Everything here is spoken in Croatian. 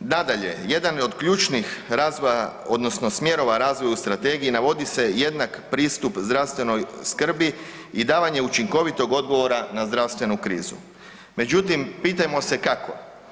Nadalje, jedan od ključnih razvoja odnosno smjerova razvoju strategije navodi se jednak pristup zdravstvenoj skrbi i davanje učinkovitog odgovora na zdravstvenu krizu međutim pitajmo se kako?